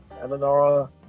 Eleanor